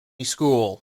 school